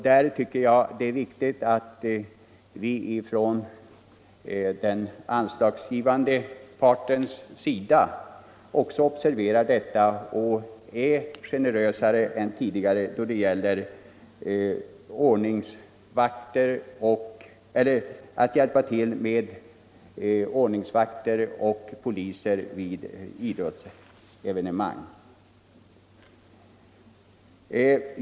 Jag tycker att det är viktigt att vi från den anslagsgivande partens sida också observerar detta och är generösare än tidigare då det gäller att hjälpa till med ordningsvakter och poliser vid idrottsevenemang.